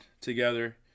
together